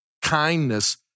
Kindness